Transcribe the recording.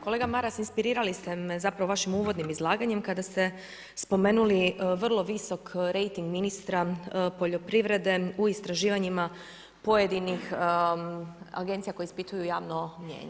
Kolega Maras, inspirirali ste me zapravo vašim uvodnim izlaganjem kada ste spomenuli vrlo visok rejting ministra poljoprivrede u istraživanjima pojedinih agencija koje ispituju javno mnijenje.